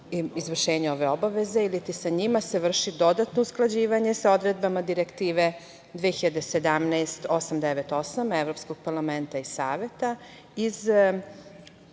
izvršenje ove obaveze ili ti sa njima se vrši dodatno usklađivanje sa odredbama Direktive 2017-898 Evropskog parlamenta i Saveta od